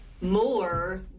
more